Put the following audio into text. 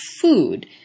food